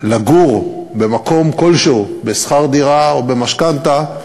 לגור במקום כלשהו, בשכר דירה או במשכנתה,